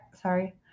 sorry